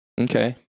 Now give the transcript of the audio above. Okay